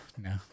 No